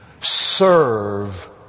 serve